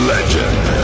Legend